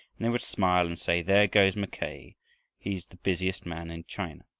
and they would smile and say, there goes mackay he's the busiest man in china.